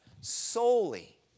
solely